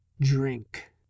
Drink